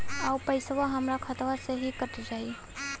अउर पइसवा हमरा खतवे से ही कट जाई?